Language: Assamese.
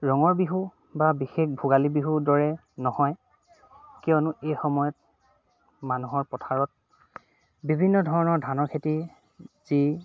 ৰঙৰ বিহু বা বিশেষ ভোগালী বিহুৰ দৰে নহয় কিয়নো এই সময়ত মানুহৰ পথাৰত বিভিন্ন ধৰণৰ ধানৰ খেতি যি